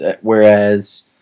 whereas